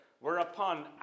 whereupon